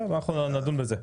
נדון בזה.